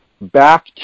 back